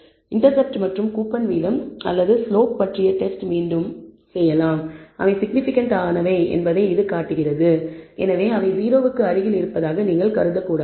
intercept மற்றும் coupon வீதம் அல்லது ஸ்லோப் பற்றிய டெஸ்ட் மீண்டும் அவை சிக்னிபிகன்ட் ஆனவை என்பதைக் காட்டுகிறது எனவே அவை 0 க்கு அருகில் இருப்பதாக நீங்கள் கருதக்கூடாது